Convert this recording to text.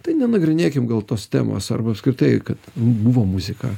tai nenagrinėkim gal tos temos arba apskritai kad buvo muzika